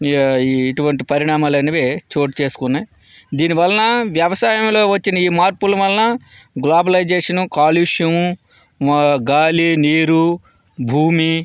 ఇటువంటి పరిణామాలు అనేవి చోటు చేసుకున్నాయి దీనివలన వ్యవసాయంలో వచ్చిన ఈ మార్పులు వలన గ్లోబలైజేషన్ కాలుష్యము గాలి నీరు భూమి